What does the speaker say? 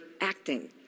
acting